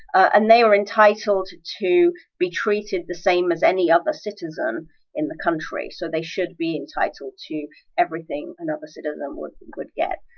and they are entitled to be treated the same as any other citizen in the country, so they should be entitled to everything another citizen would would get.